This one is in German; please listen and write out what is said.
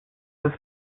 des